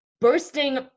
bursting